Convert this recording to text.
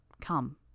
come